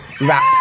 rap